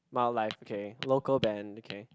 my life okay local band okay